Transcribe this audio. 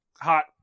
Hot